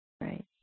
Right